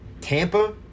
Tampa